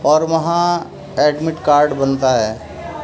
اور وہاں admit card بنتا ہے